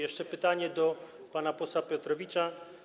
Jeszcze pytanie do pana posła Piotrowicza.